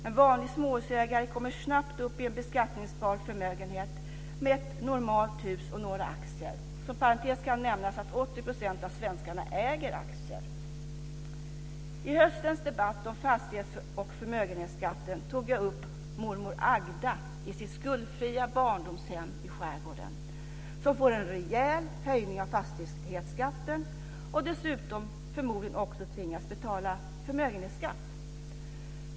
En vanlig småhusägare kommer snabbt upp i en beskattningsbar förmögenhet med ett normalt hus och några aktier. Som parentes kan nämnas att 80 % av svenskarna äger aktier. I höstens debatt om fastighets och förmögenhetsskatten tog jag upp mormor Agda i sitt skuldfria barndomshem i skärgården, som får en rejäl höjning av fastighetsskatten och dessutom förmodligen också tvingas betala förmögenhetsskatt.